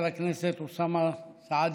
חברי חבר הכנסת אוסאמה סעדי,